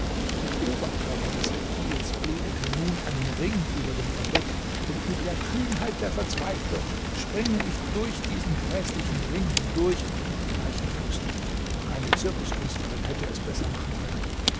der oberkörper des reptils bildete nun einen ring über dem verdeck und mit der kühnheit der verzweiflung springe ich durch diesen gräßlichen ring hindurch mit gleichen füßen keine zirkuskünstlerin hätte es besser machen können